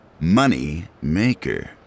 Moneymaker